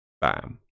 Bam